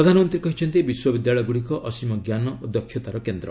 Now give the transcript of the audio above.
ପ୍ରଧାନମନ୍ତ୍ରୀ କହିଛନ୍ତି ବିଶ୍ୱବିଦ୍ୟାଳୟ ଗୁଡ଼ିକ ଅସୀମ ଜ୍ଞାନ ଓ ଦକ୍ଷତାର କେନ୍ଦ୍ର